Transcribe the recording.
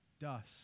dust